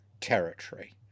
territory